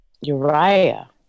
Uriah